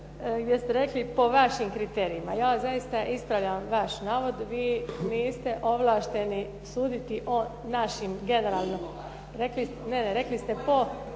gdje ste rekli po vašim kriterijima. Ja vas zaista ispravljam vaš navod, vi niste ovlašteni suditi o našim generalno…